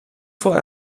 voor